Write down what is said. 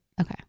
Okay